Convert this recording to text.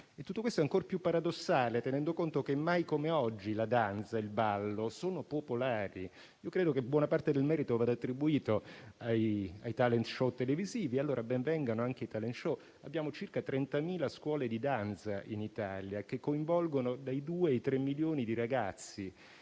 Tutto questo è ancor più paradossale tenendo conto che mai come oggi la danza, il ballo sono popolari. Credo che buona parte del merito vada attribuito ai *talent show* televisivi, e allora ben vengano anche loro. Abbiamo circa 30.000 scuole di danza in Italia che coinvolgono dai due i tre milioni di ragazzi.